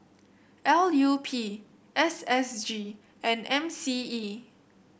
L U P S S G and M C E